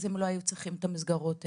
אז הם לא היו צריכים את המסגרות האלה.